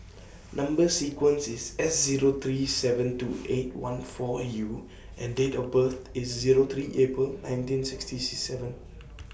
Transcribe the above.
Number sequence IS S Zero three seven two eight one four U and Date of birth IS Zero three April nineteen sixty seven